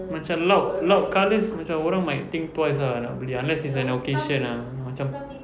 macam loud loud colours macam orang might think twice ah nak beli unless it's an occasion ah macam